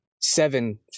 seven